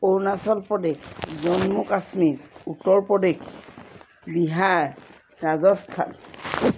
Arunachal Pradesh Jammu Kashmir Uttar Pradesh Bihar Rajasthan